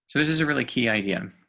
so this is a really key idea. and